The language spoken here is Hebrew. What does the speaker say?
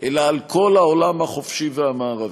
אלא על כל העולם החופשי והמערבי.